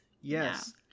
Yes